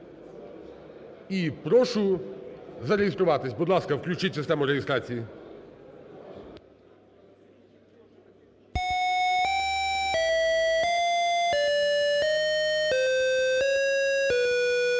і прошу зареєструватись. Будь ласка, включіть систему реєстрації. 10:06:01